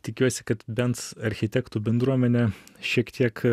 tikiuosi kad bent architektų bendruomenė šiek tiek